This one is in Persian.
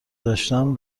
داشتم